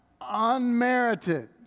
Unmerited